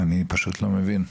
אני פשוט לא מבין.